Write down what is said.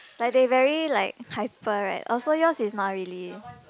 but they very like hyper right oh so yours is not really